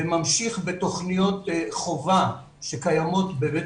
וממשיך בתוכניות חובה שקיימות בבית